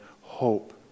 hope